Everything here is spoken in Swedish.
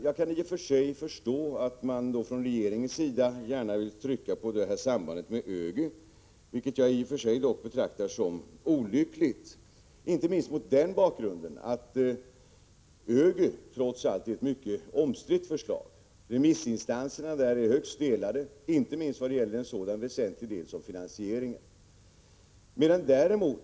Jag kan i och för sig förstå att regeringen gärna vill trycka på sambandet med ögy, vilket jag betraktar som olyckligt, inte minst från bakgrunden att ögy är ett mycket omstritt förslag. Remissinstanserna är mycket delade, inte minst när det gäller finansieringen.